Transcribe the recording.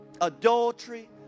Adultery